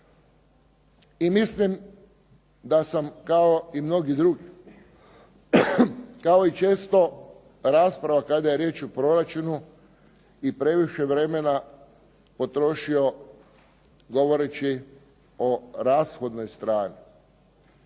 I mislim da sam kao i mnogi drugi, kao i često rasprava kada je riječ o proračunu i previše vremena potrošio govoreći o rashodnoj strani.